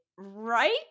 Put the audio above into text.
Right